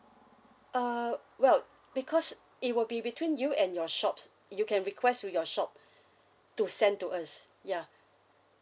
uh well because it will be between you and your shops you can request to your shop to send to us ya